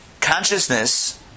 consciousness